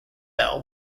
bell